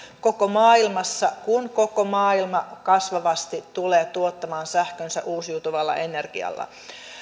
koko maailmassa kun koko maailma kasvavasti tulee tuottamaan sähkönsä uusiutuvalla energialla